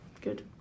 Good